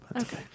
okay